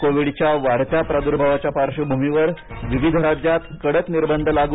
कोविडच्या वाढत्या प्राद्भावाच्या पार्श्वभूमीवर विविध राज्यात कडक निर्बंध लागू